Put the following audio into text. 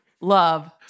love